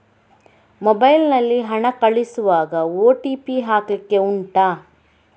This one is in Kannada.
ಮೊಬೈಲ್ ನಲ್ಲಿ ಹಣ ಕಳಿಸುವಾಗ ಓ.ಟಿ.ಪಿ ಹಾಕ್ಲಿಕ್ಕೆ ಉಂಟಾ